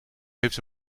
heeft